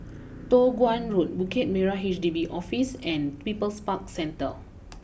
Toh Guan Road Bukit Merah H D B Office and People's Park Centre